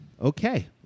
Okay